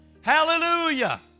Hallelujah